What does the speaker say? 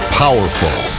powerful